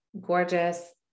gorgeous